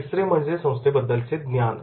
तिसरे म्हणजे संस्थेबद्दलचे ज्ञान